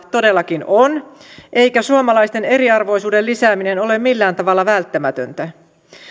todellakin on eikä suomalaisten eriarvoisuuden lisääminen ole millään tavalla välttämätöntä